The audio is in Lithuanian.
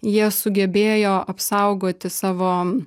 jie sugebėjo apsaugoti savo